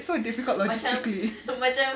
so difficult lah logically